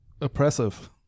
oppressive